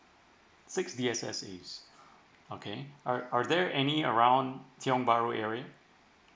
six D_S_S_A okay alright are there any around tiong bahru area